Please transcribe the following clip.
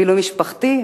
בילוי משפחתי?